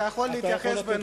אתה יכול להתייחס לנושא.